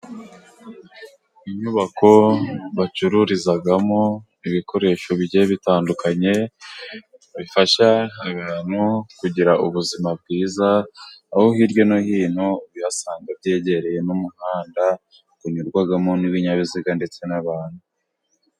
Inyubako bacururizamo ibikoresho bigiye bitandukanye bifasha abantu kugira ubuzima bwiza, aho hirya no hino usanga byegereye n'umuhanda unyurwamo n'ibinyabiziga ndetse n'abantu.